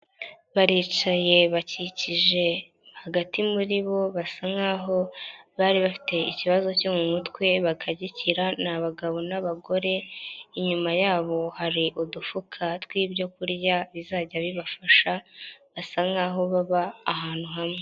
Baricaye bakikije hagati muri bo basa nk'aho bari bafite ikibazo cyo mu mutwe bakagikira ni abagabo n'abagore, inyuma yabo hari udufuka tw'ibyo kurya bizajya bibafasha basa nk'aho baba ahantu hamwe.